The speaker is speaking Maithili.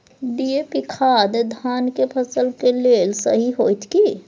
डी.ए.पी खाद धान के फसल के लेल सही होतय की?